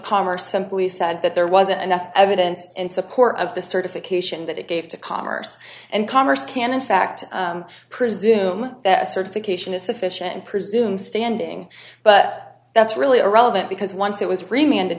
commerce simply said that there wasn't enough evidence in support of the certification that it gave to commerce and commerce can in fact presume that a certification is sufficient presume standing but that's really irrelevant because once it was reminded